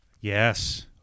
Yes